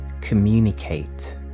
communicate